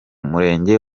murenge